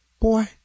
Boy